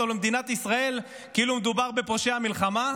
למדינת ישראל כאילו מדובר בפושע מלחמה.